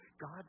God